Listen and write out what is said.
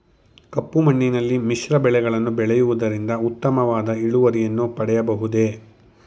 ಕಪ್ಪು ಮಣ್ಣಿನಲ್ಲಿ ಮಿಶ್ರ ಬೆಳೆಗಳನ್ನು ಬೆಳೆಯುವುದರಿಂದ ಉತ್ತಮವಾದ ಇಳುವರಿಯನ್ನು ಪಡೆಯಬಹುದೇ?